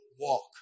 walk